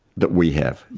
that we have.